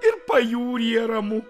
ir pajūryje ramu